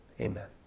Amen